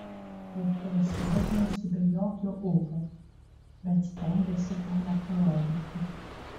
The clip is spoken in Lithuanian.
viktoras sveikinosi be jokio ūpo bet stengėsi to neparodyti